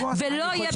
ולא יהיה במיקור חוץ.